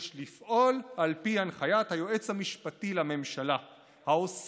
יש לפעול על פי הנחיית היועץ המשפטי לממשלה האוסרת